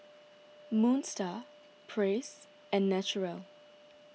Moon Star Praise and Naturel